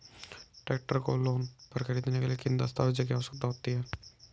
Tractor को loan पर खरीदने के लिए किन दस्तावेज़ों की आवश्यकता होती है?